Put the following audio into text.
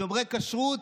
שומרי כשרות,